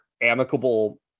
amicable